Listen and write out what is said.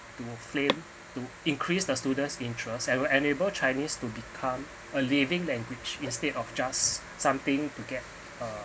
to flame to increase the students interest and enable chinese to become a living language instead of just something to get a